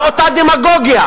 גם אותה דמגוגיה